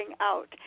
out